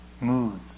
moods